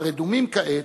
הרדומים כעת,